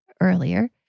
earlier